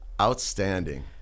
Outstanding